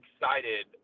excited